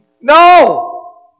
No